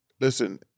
Listen